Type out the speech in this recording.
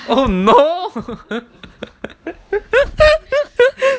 oh no